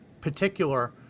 particular